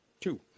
Two